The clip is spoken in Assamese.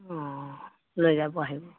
অ লৈ যাব আহিব